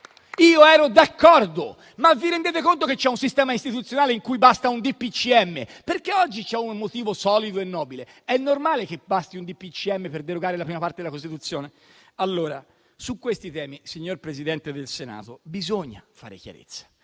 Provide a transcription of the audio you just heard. Io ero d'accordo. Ma vi rendete conto che c'è un sistema istituzionale in cui basta un DPCM? Oggi c'è un motivo solido e nobile. È normale che basti un DPCM per derogare la prima parte della Costituzione? Su questi temi, signor Presidente del Senato, bisogna fare chiarezza